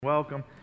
welcome